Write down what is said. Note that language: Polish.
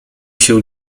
się